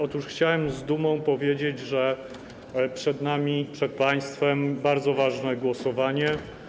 Otóż chciałem z dumą powiedzieć, że przed nami, przed państwem bardzo ważne głosowanie.